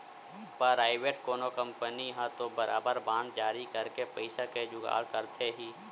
private कोनो company ह तो बरोबर बांड जारी करके पइसा के जुगाड़ करथे ही